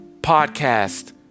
Podcast